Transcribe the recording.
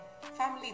family